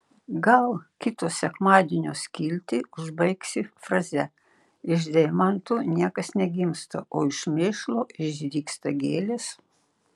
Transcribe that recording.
gal kito sekmadienio skiltį užbaigsi fraze iš deimantų niekas negimsta o iš mėšlo išdygsta gėlės